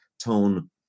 Tone